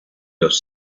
los